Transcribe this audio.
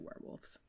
werewolves